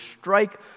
strike